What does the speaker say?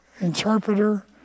interpreter